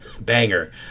Banger